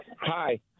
Hi